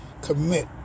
commit